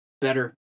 better